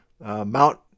Mount